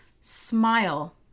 smile